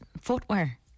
footwear